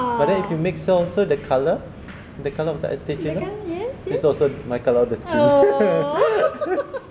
but then if you mix it also the colour the colour of the teh cino is also my colour of the skin